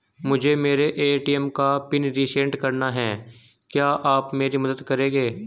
मुझे मेरे ए.टी.एम का पिन रीसेट कराना है क्या आप मेरी मदद करेंगे?